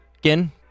Again